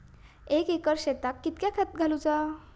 एक एकर शेताक कीतक्या खत घालूचा?